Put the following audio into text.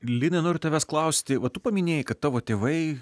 linai noriu tavęs klausti vat tu paminėjai kad tavo tėvai